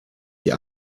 die